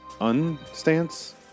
Un-stance